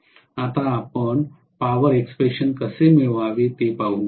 आता आपण power expression कसे मिळवावे ते पाहू